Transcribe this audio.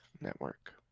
network